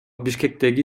бишкектеги